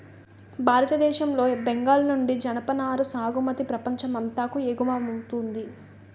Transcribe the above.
భారతదేశం లో బెంగాల్ నుండి జనపనార సాగుమతి ప్రపంచం అంతాకు ఎగువమౌతుంది